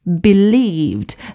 believed